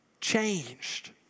changed